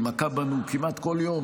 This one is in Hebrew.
היא מכה בנו כמעט כל יום.